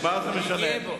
אני גאה בו.